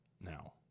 now